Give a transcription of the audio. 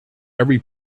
every